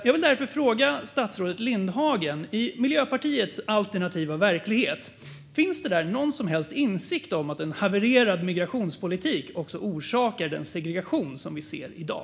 Jag vill därför fråga statsrådet Lindhagen: Finns det i Miljöpartiets alternativa verklighet någon som helst insikt om att en havererad migrationspolitik orsakar den segregation som vi ser i dag?